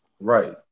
Right